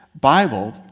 Bible